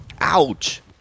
Ouch